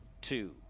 two